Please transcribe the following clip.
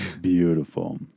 Beautiful